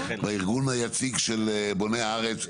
בארגון היציג של בוני הארץ,